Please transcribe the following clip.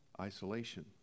isolation